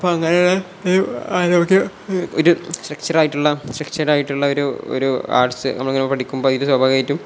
അപ്പം അങ്ങനെയുള്ള ആരോഗ്യ ഒരു സ്ട്രക്ചർ ആയിട്ടുള്ള സ്ട്രക്ചേഡ് ആയിട്ടുള്ള ഒരു ആർട്സ് നമ്മളങ്ങനെ പഠിക്കുമ്പോൾ അതിന് സ്വഭാവികമായിട്ടും